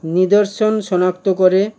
নিদর্শন শনাক্ত করে